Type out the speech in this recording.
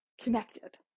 connected